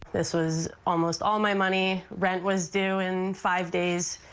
this was almost all my money rent was due in five days.